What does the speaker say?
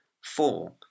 Four